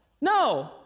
No